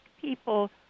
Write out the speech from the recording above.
people